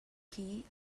key